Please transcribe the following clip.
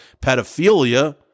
pedophilia